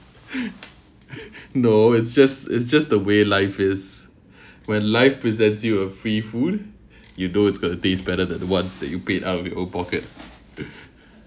no it's just it's just the way life is when life presents you with free food you know it's going to taste better than the one that you paid out of your own pocket